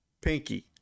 pinky